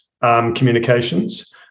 communications